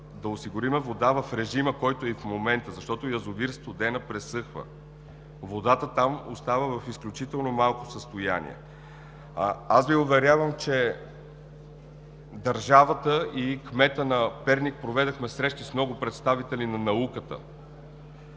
да осигурим вода на Перник в режима, който е и в момента, защото язовир „Студена“ пресъхва. Водата там остава изключително малко. Аз Ви уверявам, че държавата, кметът на Перник, проведохме срещи с много представители на науката.